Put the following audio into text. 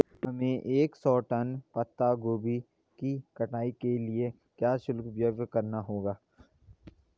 हमें एक सौ टन पत्ता गोभी की कटाई के लिए क्या शुल्क व्यय करना होगा?